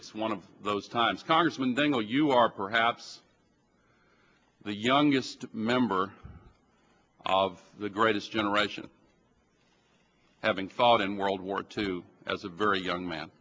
it's one of those times congressman dingell you are perhaps the youngest member of the greatest generation having fought in world war two as a very young man